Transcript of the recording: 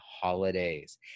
holidays